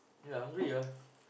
eh hungry ah